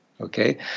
Okay